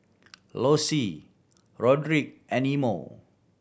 Lossie Roderick and Imo